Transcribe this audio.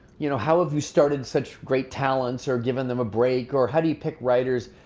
you know how have you started such great talents or given them a break or how do you pick writers?